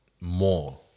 more